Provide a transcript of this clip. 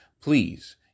please